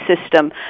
system